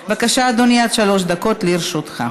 בבקשה, אדוני, עד שלוש דקות לרשותך.